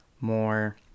more